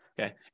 okay